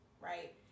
right